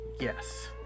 yes